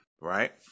right